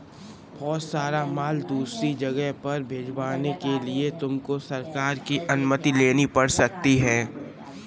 बहुत सारा माल दूसरी जगह पर भिजवाने के लिए तुमको सरकार की अनुमति लेनी पड़ सकती है